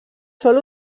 sol